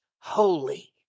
holy